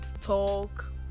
talk